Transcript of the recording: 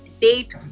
date